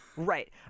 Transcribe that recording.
Right